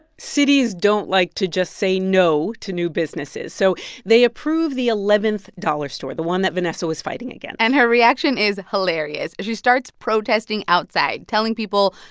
cities don't like to just say no to new businesses. so they approve the eleventh dollar store the one that vanessa was fighting against and her reaction is hilarious. she starts protesting outside, telling people,